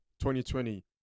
2020